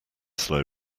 slow